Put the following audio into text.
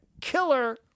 killer